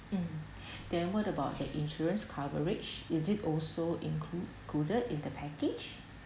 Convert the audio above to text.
mm then what about the insurance coverage is it also included in the package